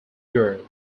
girl